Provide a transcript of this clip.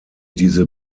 diese